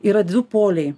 yra du poliai